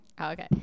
okay